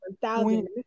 thousand